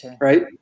right